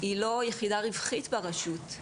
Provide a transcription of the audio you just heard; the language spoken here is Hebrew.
היא לא יחידה רווחית ברשות.